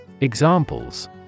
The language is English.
Examples